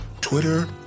Twitter